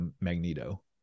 Magneto